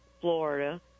Florida